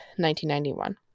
1991